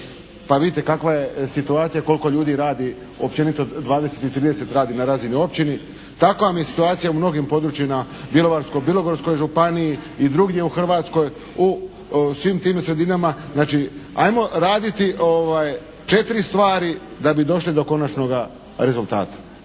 pa vidite kakva je situacija, koliko ljudi radi općenito 20 i 30 radi na razini općine. Takva vam je situacija u mnogim područjima u Bjelovarsko-bilogorskoj županiji i drugdje u Hrvatskoj, u svim tim sredinama. Znači, ajmo raditi četiri stvari da bi došli do konačnoga rezultata.